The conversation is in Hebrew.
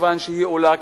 מכיוון שהיא עולה,